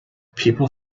people